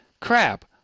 crap